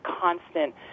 constant